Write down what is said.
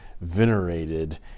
venerated